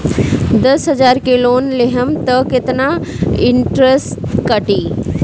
दस हजार के लोन लेहम त कितना इनट्रेस कटी?